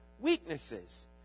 weaknesses